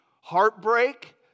heartbreak